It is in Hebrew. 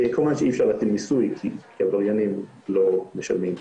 כמובן שאי אפשר להטיל מיסוי כי עבריינים לא משלמים מס,